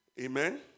Amen